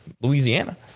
Louisiana